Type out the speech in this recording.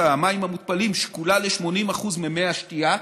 המים המותפלים שקולה ל-80% ממי השתייה,